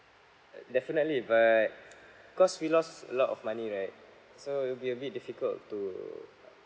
uh definitely but cause we lost a lot of money right so it'll be a bit difficult to